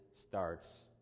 starts